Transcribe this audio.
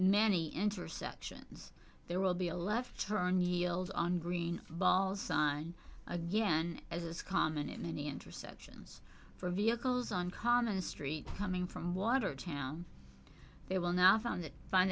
many interceptions there will be a left turn yields on green balls on again as is common in many intersections for vehicles on common street coming from watertown they will now found that find